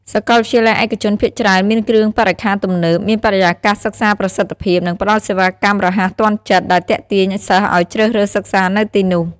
សាកលវិទ្យាល័យឯកជនភាគច្រើនមានគ្រឿងបរិក្ខារទំនើប មានបរិយាកាសសិក្សាប្រសិទ្ធភាព និងផ្ដល់សេវាកម្មរហ័សទាន់ចិត្ត ដែលទាក់ទាញសិស្សឲ្យជ្រើសរើសសិក្សានៅទីនោះ។